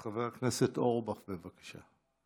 חבר הכנסת אורבך, בבקשה.